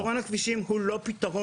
פתרון הכבישים הוא לא פתרון,